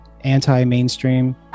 anti-mainstream